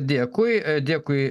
dėkui dėkui